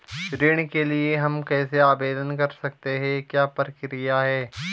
ऋण के लिए हम कैसे आवेदन कर सकते हैं क्या प्रक्रिया है?